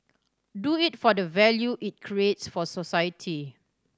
do it for the value it creates for society